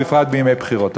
ובפרט בימי בחירות.